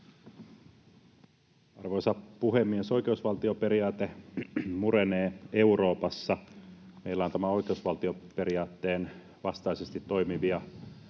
Arvoisa puhemies! Oikeusvaltioperiaate murenee Euroopassa. Meillä on näitä oikeusvaltioperiaatteen vastaisesti toimivia